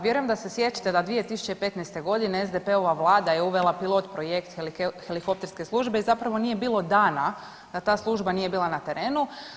Vjerujem da se sjećate da 2015. godine SDP-ova vlada je uvela pilot projekt helikopterske službe i zapravo nije bilo dana da ta služba nije bila na terenu.